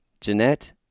Jeanette